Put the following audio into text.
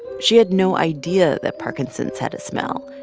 she had no idea that parkinson's had a smell.